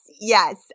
yes